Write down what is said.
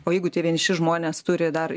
o jeigu tie vieniši žmonės turi dar